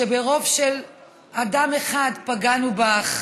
שברוב של אדם אחד פגענו בך,